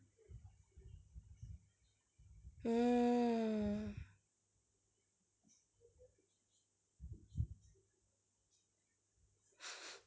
mm